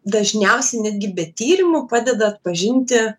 dažniausiai netgi be tyrimų padeda atpažinti